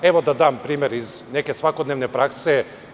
Evo da dam primer iz neke svakodnevne prakse.